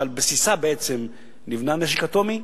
שעל בסיסה בעצם נבנה נשק אטומי,